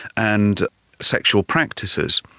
and sexual practices.